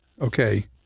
Okay